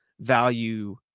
value